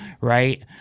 right